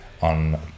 on